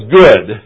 good